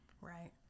right